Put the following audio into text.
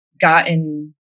gotten